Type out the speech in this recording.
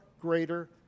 greater